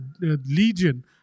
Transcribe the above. legion